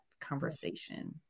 conversation